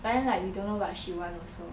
but then like we don't know what she want also